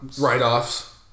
write-offs